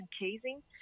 casing